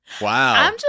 Wow